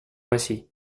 ainsi